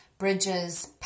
Bridges